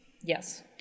Yes